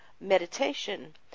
meditation